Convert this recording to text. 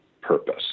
purpose